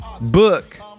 book